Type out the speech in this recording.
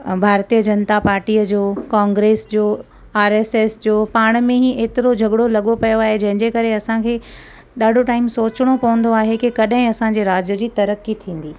भारतीय जनता पार्टीअ जो कांग्रेस जो आर एस एस जो पाण मे ई एतरो झगड़ो लॻो पियो आहे जंहिंजे करे असांखे एॾो टाइम सोचिणो पवंदो आहे की कॾहिं असांजे राज्य जी तरक़ी थींदी